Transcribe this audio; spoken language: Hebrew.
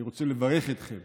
אני רוצה לברך אתכם